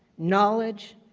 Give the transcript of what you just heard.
knowledge,